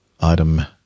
item